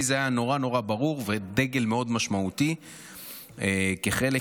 לי זה היה נורא נורא ברור ודגל מאוד משמעותי אפילו כחלק